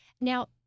Now